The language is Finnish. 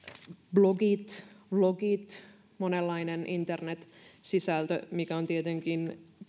blogit vlogit monenlainen internet sisältö mikä on tietenkin